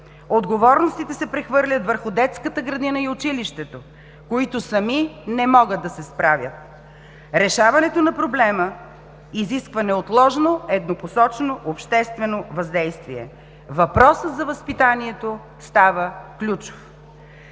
Отговорностите се прехвърлят върху детската градина и училището, които сами не могат да се справят. Решаването на проблема изисква неотложно еднопосочно обществено въздействие. Въпросът за възпитанието става ключов.